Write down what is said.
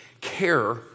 care